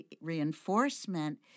reinforcement